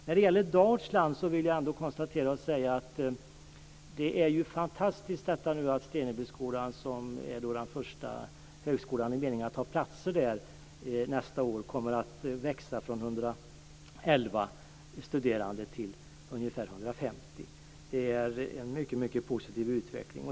När det gäller Dalsland vill jag ändå säga att det är fantastiskt att Stenebyskolan, som är den första högskolan i meningen att det kommer att finnas utbildningsplatser där, nästa år kommer att växa från 111 studerande till ungefär 150. Det är en mycket positiv utveckling.